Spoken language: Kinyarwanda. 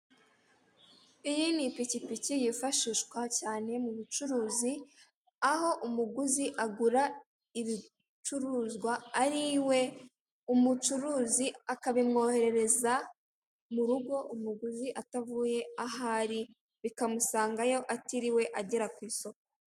Iyi ni ipikipiki yifashishwa cyane mu bucuruzi, aho umuguzi agura ibicuruzwa ari iwe, umucuruzi akabimwoherereza mu rugo, umuguzi atavuye aho ari, bikamusangayo atiriwe agera ku isoko.